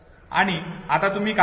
आणि आता तुम्ही काय करता